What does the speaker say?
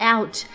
Out